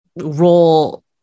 role